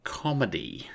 comedy